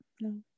no